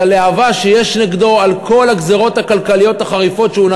הלהבה שיש נגדו על כל הגזירות הכלכליות החריפות שלו,